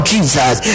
Jesus